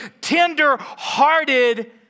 tender-hearted